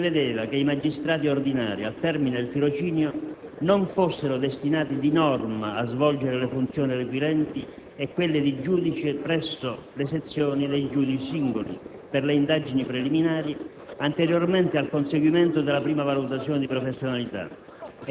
Partiamo dalla prima nomina. La proposta iniziale del disegno di legge prevedeva che i magistrati ordinari, al termine del tirocinio, non fossero destinati di norma a svolgere le funzioni requirenti e quelle di giudice presso le sezioni dei giudici singoli